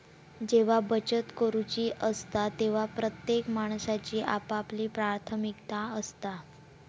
जेव्हा बचत करूची असता तेव्हा प्रत्येक माणसाची आपापली प्राथमिकता असता